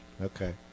Okay